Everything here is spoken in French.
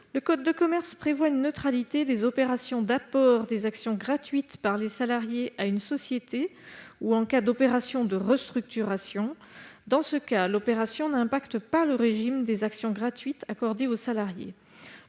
Le code de commerce prévoit une neutralité des opérations d'apport d'actions gratuites par les salariés à une société ou en cas d'opération de restructuration. Dans ce cas, l'opération est sans incidence sur le régime des actions gratuites accordées aux salariés.